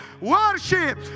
worship